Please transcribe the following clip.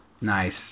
Nice